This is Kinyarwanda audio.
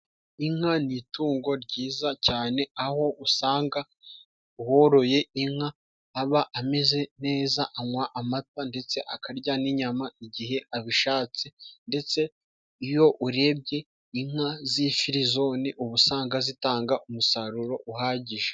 Inka ni itungo ryiza cyane, aho usanga uworoye inka aba ameze neza. Anywa amata ndetse akarya n'inyama igihe abishatse, ndetse iyo urebye, inka z'ifirizoni uba usanga zitanga umusaruro uhagije.